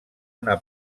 una